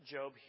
Job